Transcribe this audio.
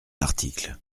article